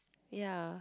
ya